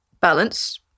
Balance